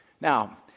Now